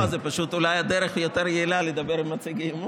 זו פשוט אולי דרך יותר יעילה לדבר עם מציג האי-אמון.